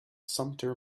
sumpter